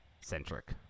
centric